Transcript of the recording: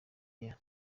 year